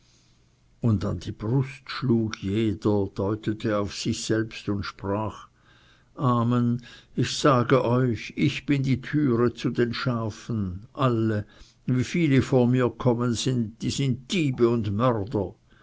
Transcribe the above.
und an die brust schlug jeder deutete auf sich selbst und sprach amen ich sage euch ich bin die türe zu den schafen alle wie viele vor mir kommen sind die sind diebe und mörder